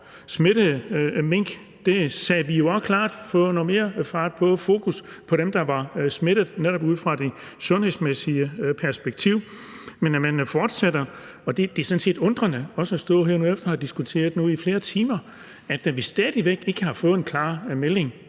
smittede mink sagde vi jo også klart, at der skulle noget mere fart på, og at der skulle fokus på dem, der var smittet, netop ud fra det sundhedsmæssige perspektiv. Men tænk, at man fortsætter. Det undrer mig sådan set, når jeg har stået her og har diskuteret det flere timer, at vi stadig væk ikke har fået en klar melding